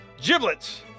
Giblets